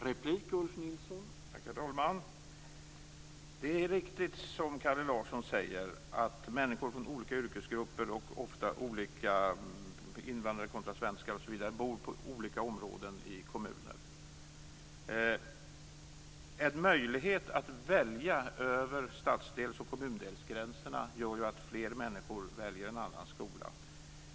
Herr talman! Det är riktigt som Kalle Larsson säger att människor från olika yrkesgrupper och invandrare kontra svenskar ofta bor i olika områden i kommunerna. En möjlighet att välja över stadsdels och kommundelsgränserna gör att fler människor väljer en annan skola.